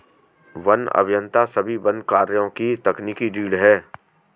one अभियंता सभी वन कार्यों की तकनीकी रीढ़ हैं